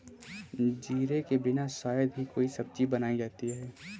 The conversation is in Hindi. जीरे के बिना शायद ही कोई सब्जी बनाई जाती है